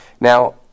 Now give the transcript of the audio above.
Now